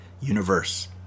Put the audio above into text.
universe